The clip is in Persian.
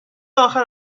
آخر